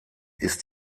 ist